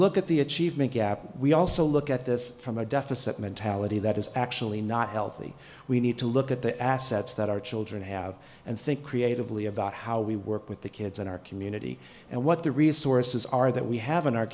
look at the achievement gap we also look at this from a deficit mentality that is actually not healthy we need to look at the assets that our children have and think creatively about how we work with the kids in our community and what the resources are that we have in our